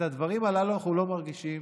את הדברים הללו אנחנו לא מרגישים